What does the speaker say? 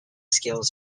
skills